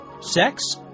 sex